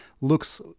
looks